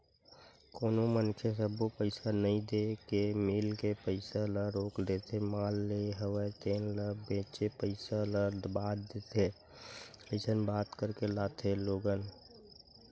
कोनो मनखे सब्बो पइसा नइ देय के मील के पइसा ल रोक देथे माल लेय हवे तेन ल बेंचे पइसा ल बाद देथे अइसन बात करके लाथे लोगन